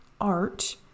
art